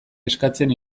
eskatzen